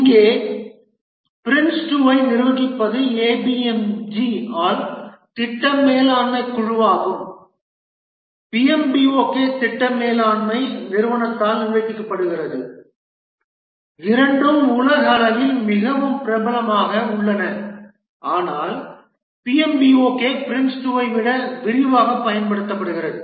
இங்கே PRINCE2 ஐ நிர்வகிப்பது APMG ஆல் திட்ட மேலாண்மை குழுவாகும் PMBOK திட்ட மேலாண்மை நிறுவனத்தால் நிர்வகிக்கப்படுகிறது இரண்டும் உலகளவில் மிகவும் பிரபலமாக உள்ளன ஆனால் PMBOK PRINCE2 ஐ விட விரிவாக பயன்படுத்தப்படுகிறது